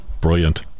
Brilliant